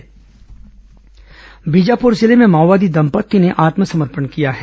माओवादी समर्पण बीजापुर जिले में माओवादी दंपत्ति ने आत्मसमर्पण किया है